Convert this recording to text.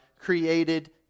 created